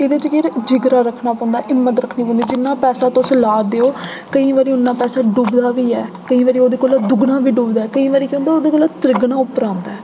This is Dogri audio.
एह्दे च केह् जिगरा रक्खना पौंदा हिम्मत रक्खनी पौंदी जिन्ना पैसा तुस ला दे ओ केईं बारी उन्ना पैसा डुबदा बी ऐ ते केईं बारी ओह्दे कोला दूना डुबदा ऐ केईं बारी केह् होंदा ओह्दे कोला त्रीना उप्परा औंदा ऐ